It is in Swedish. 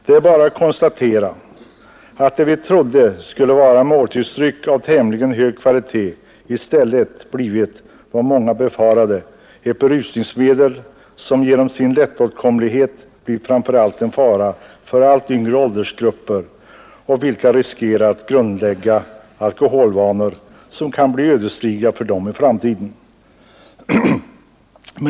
Det är bara att konstatera att det vi trodde skulle vara en måltidsdryck av tämligen hög kvalitet i stället blivit vad många befarade — ett berusningsmedel som genom sin lättåtkomlighet blivit en fara framför allt för yngre åldersgrupper, vilka riskerar att grundlägga alkoholvanor som kan bli ödesdigra för dem i framtiden.